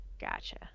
Gotcha